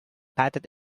patent